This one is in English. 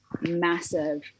massive